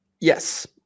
yes